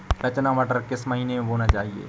रचना मटर किस महीना में बोना चाहिए?